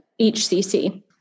HCC